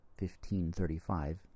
1535